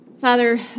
Father